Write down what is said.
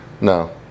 No